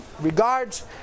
regards